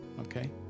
Okay